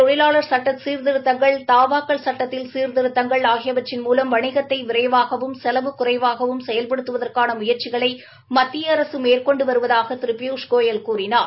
தொழிலாளர் சட்ட சீர்திருத்தங்கள் தாவாக்கள் சட்டத்தில் சீர்திருத்தங்கள் ஆகியவற்றின் மூலம் வணிகத்தை விரைவாகவும் செலவு குறைவாகவும் செயல்படுத்துவதற்கான முயற்சிகளை மத்திய அரசு மேற்கொண்டு வருவதாக திரு பியூஷ் கோயல் கூறினார்